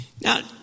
Now